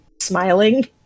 smiling